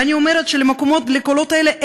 ואני אומרת שלקולות האלה,